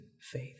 faith